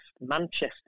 Manchester